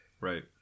right